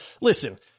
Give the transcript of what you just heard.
Listen